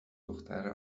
دختره